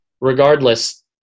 regardless